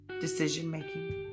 decision-making